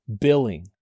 Billing